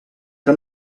que